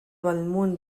bellmunt